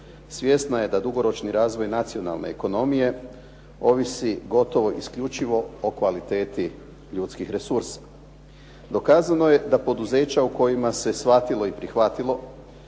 svjesna je da dugoročni razvoj nacionalne ekonomije ovisi gotovo isključivo o kvaliteti ljudskih resursa. Dokazano je da poduzeća u kojima se shvatilo i prihvatilo